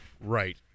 Right